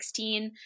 2016